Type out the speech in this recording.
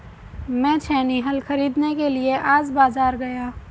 मैं छेनी हल खरीदने के लिए आज बाजार गया